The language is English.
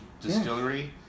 distillery